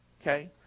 Okay